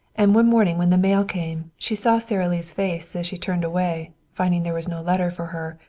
and one morning when the mail came she saw sara lee's face as she turned away, finding there was no letter for her,